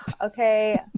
okay